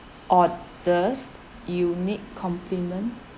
oddest unique compliment